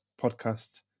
podcast